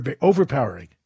overpowering